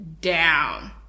down